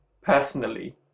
personally